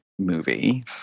movie